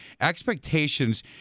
expectations